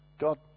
God